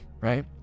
right